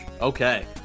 Okay